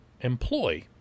employ